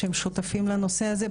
הם שותפים לנושא הזה.